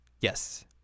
yes